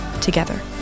together